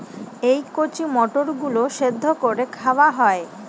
এই কচি মটর গুলো সেদ্ধ করে খাওয়া হয়